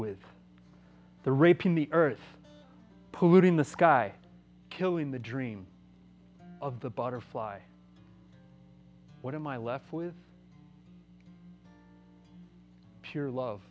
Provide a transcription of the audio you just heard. with the raping the earth polluting the sky killing the dream of the bottle fly what am i left with pure love